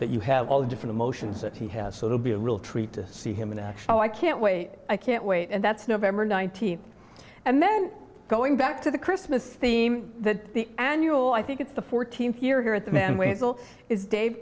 that you have all the different emotions that he has so they'll be a real treat to see him in action oh i can't wait i can't wait and that's november nineteenth and then going back to the christmas theme that the annual i think it's the fourteenth year here at the